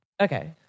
Okay